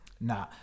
Nah